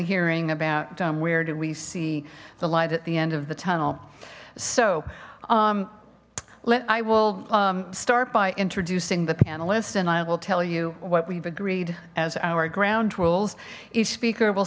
hearing about where do we see the light at the end of the tunnel so let i will start by introducing the panelists and i will tell you what we've agreed as our ground rules each speaker will